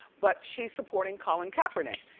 but she's supporting colin kaepernick.